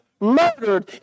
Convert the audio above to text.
murdered